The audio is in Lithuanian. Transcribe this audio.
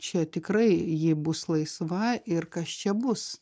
čia tikrai ji bus laisva ir kas čia bus